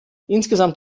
insgesamt